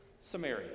Samaria